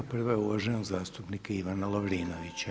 Prva je uvaženog zastupnika Ivana Lovrinovića.